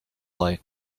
light